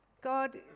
God